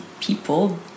people